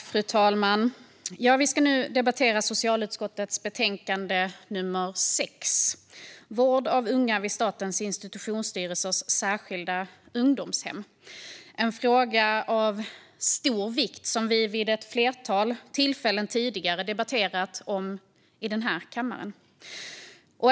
Fru talman! Vi ska nu debattera socialutskottets betänkande 2021/22:SoU6 Vård av unga vid Statens institutionsstyrelses särskilda ungdomshem . Det är en fråga av stor vikt som vi vid ett flertal tillfällen tidigare har debatterat här i kammaren.